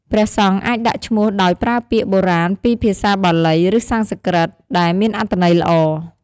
ព្រះសង្ឃអាចដាក់ឈ្មោះដោយប្រើពាក្យបុរាណពីភាសាបាលី ឬសំស្ក្រឹត ដែលមានអត្ថន័យល្អ។